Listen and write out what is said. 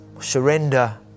Surrender